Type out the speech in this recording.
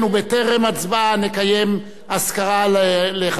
נקיים אזכרה לחבר הכנסת המנוח דגני,